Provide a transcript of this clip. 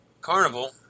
Carnival